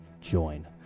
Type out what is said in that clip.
join